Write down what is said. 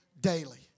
daily